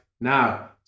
now